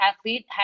athlete